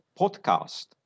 podcast